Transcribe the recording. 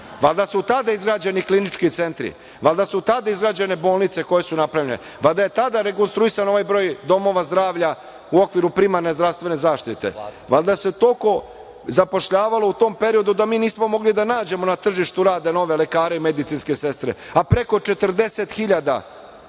valjda su tada izgrađeni klinički centri, valjda su tada izgrađene bolnice koje su napravljene, valjda je tada rekonstruisan ovaj broj domova zdravlja u okviru primarne zdravstvene zaštite, valjda se toliko zapošljavalo u tom periodu da mi nismo mogli da nađemo na tržištu rada nove lekare i medicinske sestre, a preko 40